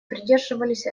придерживались